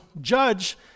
judge